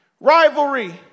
rivalry